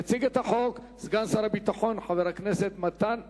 יציג את החוק סגן שר הביטחון חבר הכנסת מתן וילנאי.